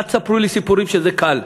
אז אל תספרו לי סיפורים שזה קל.